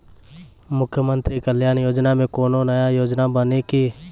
मुख्यमंत्री कल्याण योजना मे कोनो नया योजना बानी की?